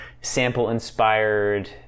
sample-inspired